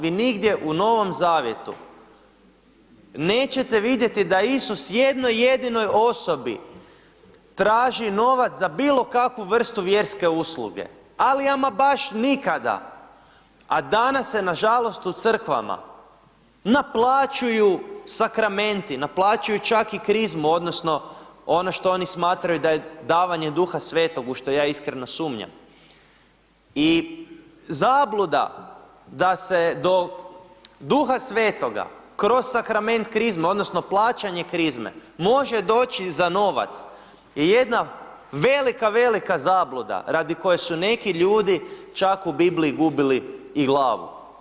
Vi nigdje u Novom zavjetu nećete vidjeti da je Isus jednoj jedinoj osobi tražio novac za bilo kakvu vrstu vjerske usluge, ali ama baš nikada, a danas se, nažalost, u crkvama naplaćuju sakramenti, naplaćuju čak i krizmu odnosno ono što oni smatraju da je davanje Duha Svetog, u što ja iskreno sumnjam, i zabluda da se do Duha Svetoga kroz sakrament krizme odnosno plaćanje krizme može doći za novac, jedna velika, velika zabluda radi koje su neki ljudi čak u Bibliji gubili i glavu.